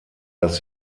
dass